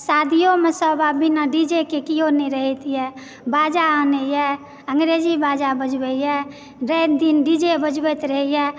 शादियोमे सब आब बिना डीजेके केओ नहि रहैत यऽ बाजा आनैया अंग्रेजी बाजा बजबैया राति दिन डीजे बजबैत रहैया